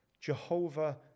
Jehovah